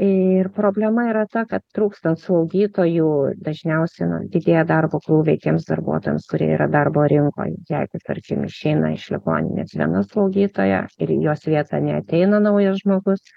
ir problema yra ta kad trūkstant slaugytojų dažniausiai na didėja darbo krūviai tiems darbuotojams kurie yra darbo rinkoj jeigu tarkim išeina iš ligoninės viena slaugytoja ir į jos vietą neateina naujas žmogus